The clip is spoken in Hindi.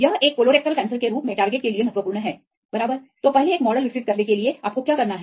यह एक कोलोरेक्टल कैंसर के रूप में लक्ष्य के लिए महत्वपूर्ण है बराबर तो पहले एक मॉडल विकसित करने के लिए आपको क्या करना है